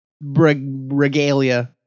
regalia